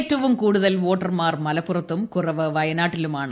ഏറ്റവും കൂടുതൽ വോട്ടർമാർ മലപ്പുറത്തും കുറവ് വ്യന്റാട്ടിലുമാണ്